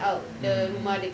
mmhmm